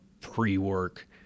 pre-work